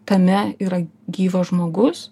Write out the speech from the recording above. tame yra gyvas žmogus